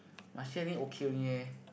Marche I think okay only eh